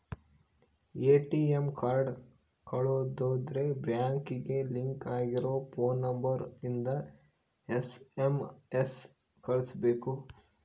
ATM card ಕಳುದ್ರೆ ಬ್ಯಾಂಕಿಗೆ link ಆಗಿರ ಫೋನ್ ನಂಬರ್ ಇಂದ ಎಸ್.ಎಮ್.ಎಸ್ ಕಳ್ಸ್ಬೆಕು